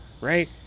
right